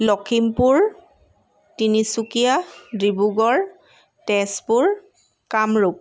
Lakhimpur Tinsukia Dibrugarh Tezpur Kamrup